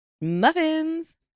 Muffins